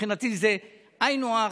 מבחינתי זה היינו הך,